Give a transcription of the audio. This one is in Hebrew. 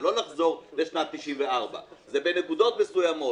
זה לא לחזור לשנת 1994. זה בנקודות מסוימות